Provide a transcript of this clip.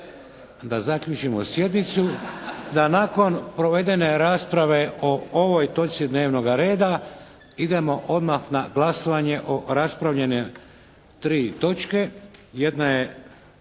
da zaključimo sjednicu, da nakon provedene rasprave o ovoj točci dnevnoga reda idemo odmah na glasovanje o raspravljene 3 točke. Jedna je